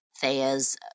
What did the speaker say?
Thea's